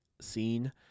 scene